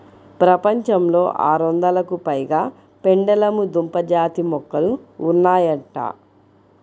ప్రపంచంలో ఆరొందలకు పైగా పెండలము దుంప జాతి మొక్కలు ఉన్నాయంట